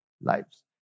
lives